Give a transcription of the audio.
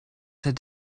said